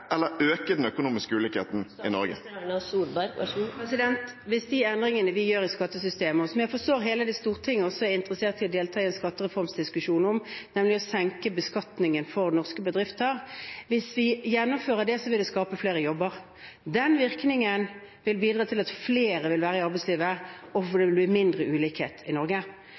eller øke den økonomiske ulikheten i Norge? Hvis vi gjennomfører endringer i skattesystemet – skattereformer som jeg forstår hele Stortinget er interessert i å delta i en diskusjon om – som å senke beskatningen for norske bedrifter, vil det skape flere jobber. Det vil bidra til at flere vil være i arbeidslivet, og det vil bli mindre ulikhet i Norge.